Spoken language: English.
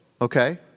Okay